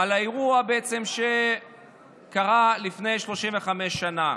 על האירוע שקרה לפני 35 שנה.